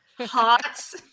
Hot